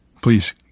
Please